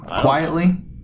Quietly